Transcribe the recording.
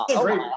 great